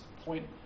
point